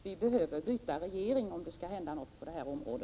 Vi behöver byta regering om det skall hända något på detta område.